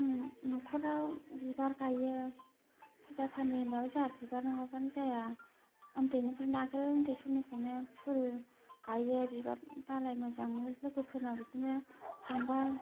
आं नखराव बिबार गायो फुजा फालिनायाव जाहा बिबार नंआबानो जाया ओन्दैनिफ्रायनो आगोल ओन्दै समनिफ्रायनो फुल गायो बिबार दालाइ मोजां लोगोफोरनाव बिदिनो थांबा